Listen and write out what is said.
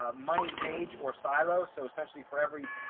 ah money page or silo, so essentially for every,